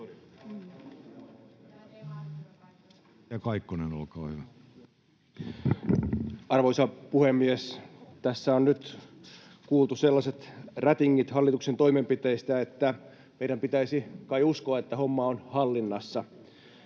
Arvoisa puhemies! Tässä on nyt kuultu sellaiset rätingit hallituksen toimenpiteistä, että meidän pitäisi kai uskoa, että homma on hallinnassa.